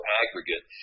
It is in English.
aggregate